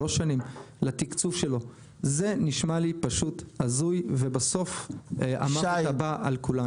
זה נשמע לי פשוט הזוי ובסוף המוות הבא על כולנו.